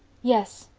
yes.